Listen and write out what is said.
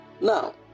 now